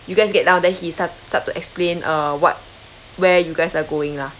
you guys get down then he start start to explain uh what where you guys are going lah